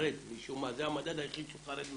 זה המדד היחיד שהוא חרד ממנו,